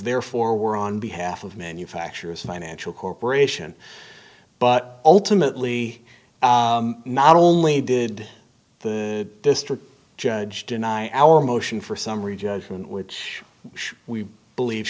therefore were on behalf of manufacturer's financial corp but ultimately not only did the district judge deny our motion for summary judgment which we believe